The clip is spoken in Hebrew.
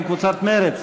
להלן: קבוצת סיעת מרצ.